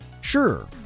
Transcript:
Sure